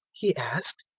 he asked.